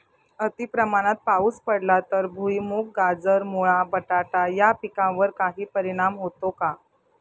अतिप्रमाणात पाऊस पडला तर भुईमूग, गाजर, मुळा, बटाटा या पिकांवर काही परिणाम होतो का?